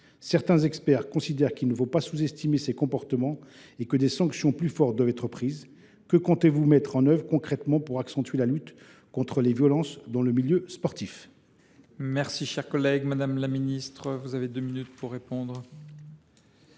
Certains experts considèrent qu’il ne faut pas sous estimer ces comportements et que des sanctions plus fortes doivent être prises. Que comptez vous faire concrètement pour accentuer la lutte contre les violences dans le milieu sportif ?